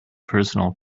personal